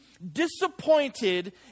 disappointed